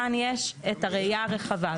כאן יש את הראייה הרחבה.